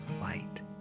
light